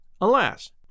Alas